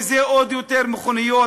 כי זה עוד יותר מכוניות,